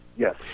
Yes